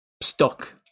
stuck